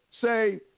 say